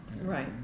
right